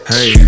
Hey